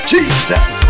Jesus